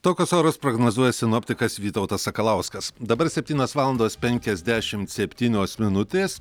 tokius orus prognozuoja sinoptikas vytautas sakalauskas dabar septynios valandos penkiasdešimt septynios minutės